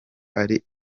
ari